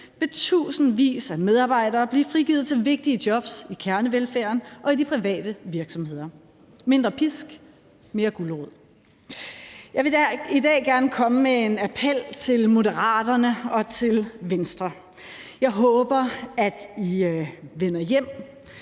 vil tusindvis af medarbejdere blive frigivet til vigtige jobs i kernevelfærden og i de private virksomheder. Det handler om mindre pisk og mere gulerod. Jeg vil i dag gerne komme med en appel til Moderaterne og til Venstre. Jeg håber, at I vender hjem